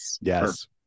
Yes